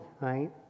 right